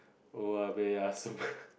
oya-beh-ya-som